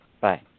bye